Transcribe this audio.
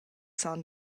san